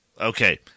okay